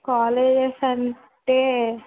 colleges అంటే